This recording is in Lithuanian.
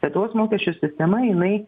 lietuvos mokesčių sistema jinai